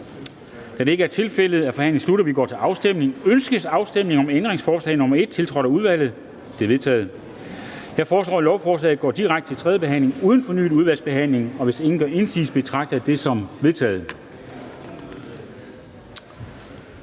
Kl. 11:15 Afstemning Formanden (Henrik Dam Kristensen): Ønskes afstemning om ændringsforslag nr. 1, tiltrådt af udvalget? Det er vedtaget. Jeg foreslår, at lovforslaget går direkte til tredje behandling uden fornyet udvalgsbehandling, og hvis ingen gør indsigelse, betragter jeg det som vedtaget.